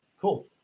cool